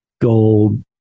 gold